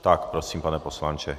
Tak prosím, pane poslanče.